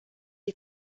est